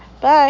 Bye